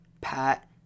Pat